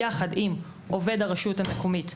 יחד עם עובד הרשות המקומית,